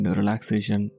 relaxation